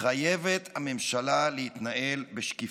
חייבת הממשלה להתנהל בשקיפות.